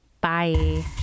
Bye